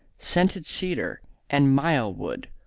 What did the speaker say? scented cedar and myall-wood,